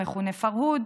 המכונה פרהוד.